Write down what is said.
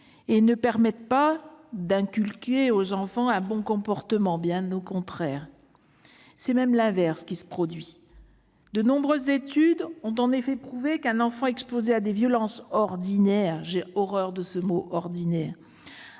ne permettent pas d'inculquer aux enfants un bon comportement, bien au contraire. C'est même l'inverse qui se produit. De nombreuses études ont en effet prouvé qu'un enfant exposé à des violences « ordinaires »- j'ai horreur de ce mot -a